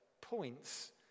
points